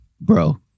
Bro